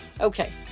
Okay